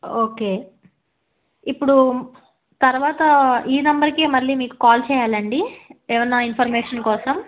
okay ఇప్పుడు తర్వాత ఈ నెంబర్కే మళ్ళీ మీకు కాల్ చేయాలా అండి ఏమన్నా ఇన్ఫర్మేషన్ కోసం